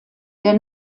der